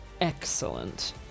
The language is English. Excellent